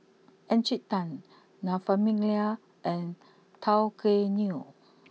Encik Tan La Famiglia and Tao Kae Noi